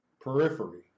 periphery